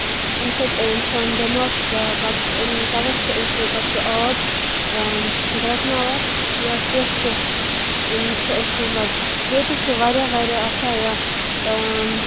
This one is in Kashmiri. ییٚمہِ سۭتۍ اِنسان بیمار چھُ پٮ۪وان پَتہٕ تَوے چھِ أسۍ پَتہٕ سُہ آب گرٮ۪کناوان یا کیٚنہہ تہِ چھِ أسۍ مطلب پوتُس چھ واریاہ واریاہ آسان یا اۭں